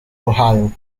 ohio